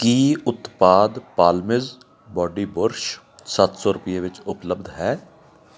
ਕੀ ਉਤਪਾਦ Palmiz body brush ਸੱਤ ਸੌ ਰੁਪਈਏ ਵਿੱਚ ਉਪਲਬਧ ਹੈ